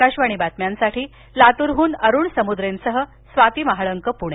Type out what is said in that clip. आकाशवाणी बातम्यांसाठी लातूरहन अरुण सम्द्रेंसह स्वाती महाळंक प्णे